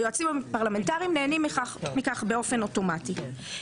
היועצים הפרלמנטריים נהנים מכך באופן אוטומטי.